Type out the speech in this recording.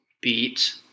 Beat